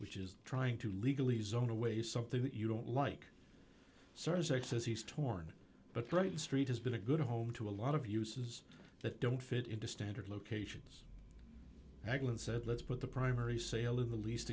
which is trying to legally zone away something that you don't like certain sex says he's torn but right street has been a good home to a lot of uses that don't fit into standard locations haglund said let's put the primary sale in the least